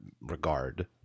regard